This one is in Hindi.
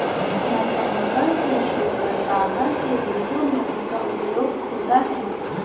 मैकेनिकल ट्री शेकर बाहर के देशों में उसका उपयोग होता है